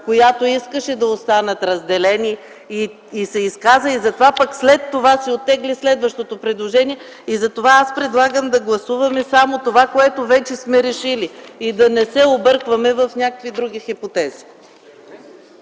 която искаше да останат разделени и се изказа, затова пък след това оттегли следващото си предложение. Затова предлагам да гласуваме само това, което вече сме решили, и да не се объркваме в някакви други хипотези.